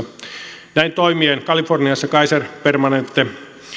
ollaan suunnittelemassa näin toimien kaiser permanente